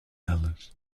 alice